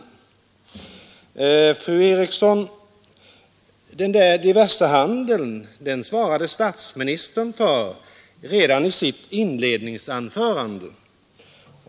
Men, fru Eriksson, den där diversehandeln svarade statsministern för redan i sitt inledningsanförande.